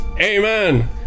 Amen